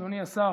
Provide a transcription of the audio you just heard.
אדוני השר,